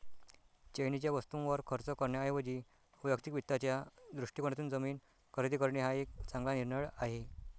चैनीच्या वस्तूंवर खर्च करण्याऐवजी वैयक्तिक वित्ताच्या दृष्टिकोनातून जमीन खरेदी करणे हा एक चांगला निर्णय आहे